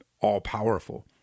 all-powerful